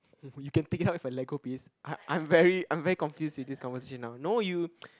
you can take it up with a Lego piece I'm I'm very I'm very confused with this conversation now no you